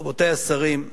רבותי השרים,